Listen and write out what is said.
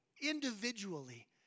Individually